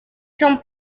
son